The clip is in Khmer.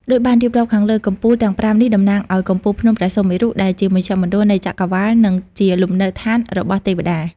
ដូចបានរៀបរាប់ខាងលើ កំពូលទាំងប្រាំនេះតំណាងឲ្យកំពូលភ្នំព្រះសុមេរុ ដែលជាមជ្ឈមណ្ឌលនៃចក្រវាឡ និងជាលំនៅឋានរបស់ទេវតា។